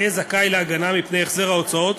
יהיה זכאי להגנה מפני החזר ההוצאות